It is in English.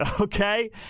okay